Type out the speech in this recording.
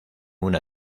una